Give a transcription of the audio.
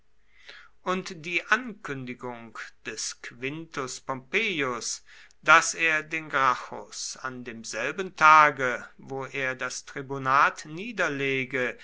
und die ankündigung des quintus pompeius daß er den gracchus an demselben tage wo er das tribunat niederlege